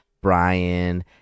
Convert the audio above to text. Brian